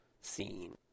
scene